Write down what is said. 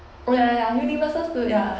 ya ya yauniversal studio ya